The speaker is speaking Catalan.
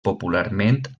popularment